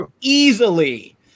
easily